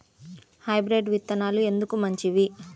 Hybrid విత్తనాలు ఎందుకు మంచివి?